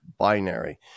Binary